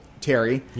Terry